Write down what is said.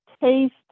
taste